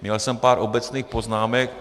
Měl jsem pár obecných poznámek.